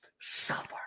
suffer